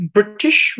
British